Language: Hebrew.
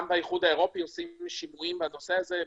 גם באיחוד האירופאי עושים שימועים בנושא הזה.